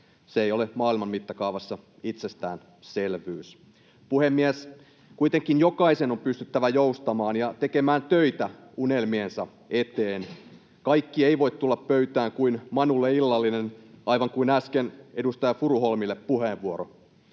se ei ole maailman mittakaavassa itsestäänselvyys. Puhemies! Kuitenkin jokaisen on pystyttävä joustamaan ja tekemään töitä unelmiensa eteen. Kaikki ei voi tulla pöytään kuin manulle illallinen — aivan kuten äsken edustaja Furuholmille puheenvuoro.